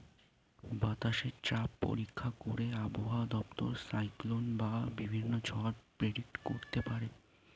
বাতাসে চাপ পরীক্ষা করে আবহাওয়া দপ্তর সাইক্লোন বা বিভিন্ন ঝড় প্রেডিক্ট করতে পারে